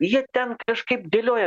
jie ten kažkaip dėlioja